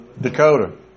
Dakota